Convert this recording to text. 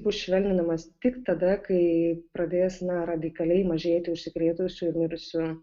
bus švelninamas tik tada kai pradės na radikaliai mažėti užsikrėtusių ir mirusių